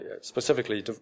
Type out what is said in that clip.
specifically